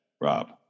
Rob